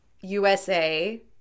USA